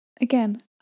Again